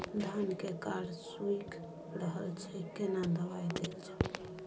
धान के कॉर सुइख रहल छैय केना दवाई देल जाऊ?